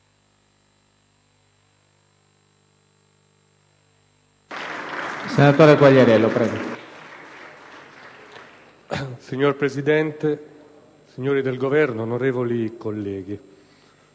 Signor Presidente, signori del Governo, onorevoli colleghi,